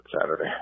Saturday